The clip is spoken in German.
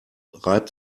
reibt